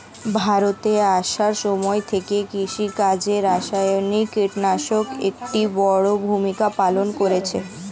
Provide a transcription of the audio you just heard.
ভারতে আসার সময় থেকে কৃষিকাজে রাসায়নিক কিটনাশক একটি বড়ো ভূমিকা পালন করেছে